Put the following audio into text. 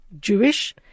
Jewish